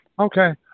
Okay